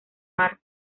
mar